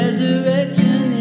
Resurrection